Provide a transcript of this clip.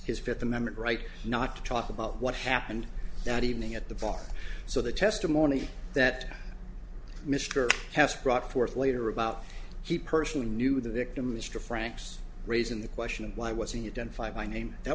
his fifth amendment right not to talk about what happened that evening at the bar so the testimony that mr has brought forth later about he personally knew the victim mr franks raising the question of why wasn't it done five by name that